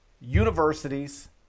universities